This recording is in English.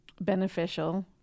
beneficial